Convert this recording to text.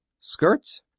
Skirts